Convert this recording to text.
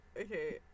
Okay